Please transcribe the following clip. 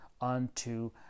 unto